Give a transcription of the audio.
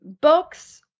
books